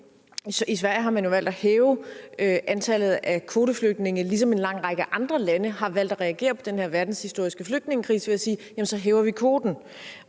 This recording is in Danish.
I Sverige har man jo valgt at hæve antallet af kvoteflygtninge, ligesom en lang række andre lande har valgt at reagere på den her verdenshistoriske flygtningekrise ved at sige, at så hæver man kvoten.